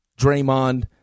Draymond